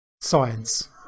science